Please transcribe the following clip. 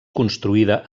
construïda